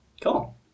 Cool